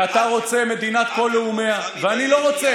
ואתה רוצה מדינת כל לאומיה ואני לא רוצה.